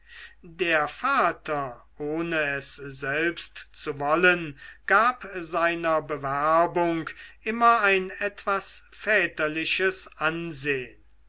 der vater ohne es selbst zu wollen gab seiner bewerbung immer ein etwas väterliches ansehn